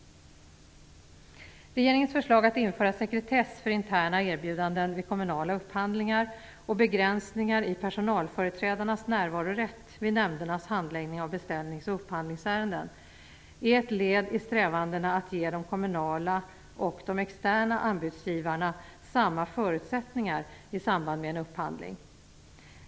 Regeringens förslag för att införa sekretess för interna erbjudanden vid kommunala upphandlingar och begränsningar i personalföreträdarnas närvarorätt vid nämndernas handläggning av beställnings och upphandlingsärenden är ett led i strävandena att ge de kommunala och de externa anbudsgivarna samma förutsättningar i samband med en upphandling.